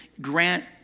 grant